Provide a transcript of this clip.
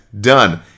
done